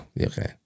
Okay